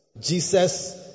Jesus